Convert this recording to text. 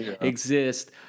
exist